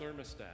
thermostat